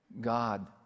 God